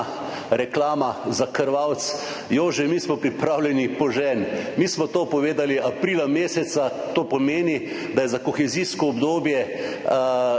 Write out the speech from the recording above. reklama za Krvavec: »Jože, mi smo pripravljen, požen!« Mi smo to povedali aprila meseca, to pomeni, da je za kohezijsko obdobje